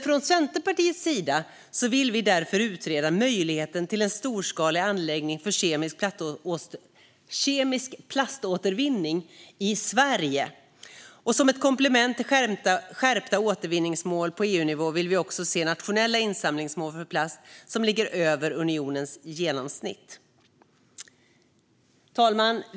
Från Centerpartiets sida vill vi därför utreda möjligheten till en storskalig anläggning för kemisk plaståtervinning i Sverige. Som ett komplement till skärpta återvinningsmål på EU-nivå vill vi också se nationella insamlingsmål för plast som ligger över unionens genomsnitt. Herr talman!